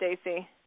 Stacey